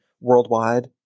worldwide